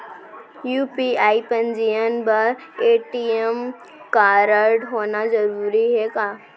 UPI पंजीयन बर ATM कारडहोना जरूरी हे का?